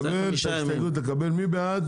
מי בעד?